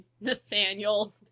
Nathaniel